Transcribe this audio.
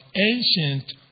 ancient